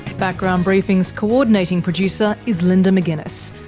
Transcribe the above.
background briefing's co-ordinating producer is linda mcginness,